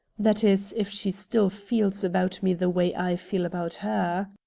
that is, if she still feels about me the way i feel about her.